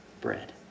bread